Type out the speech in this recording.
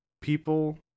people